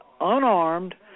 unarmed